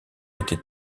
été